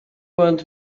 want